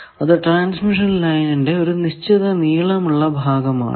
അത് ട്രാൻസ്മിഷൻ ലൈനിന്റെ ഒരു നിശ്ചിത നീളം ഉള്ള ഭാഗം ആണ്